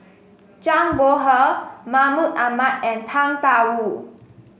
Zhang Bohe Mahmud Ahmad and Tang Da Wu